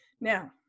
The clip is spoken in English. Now